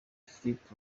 filip